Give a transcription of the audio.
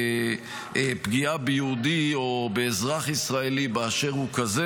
פגיעה ביהודי או באזרח ישראלי באשר הוא כזה.